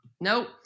nope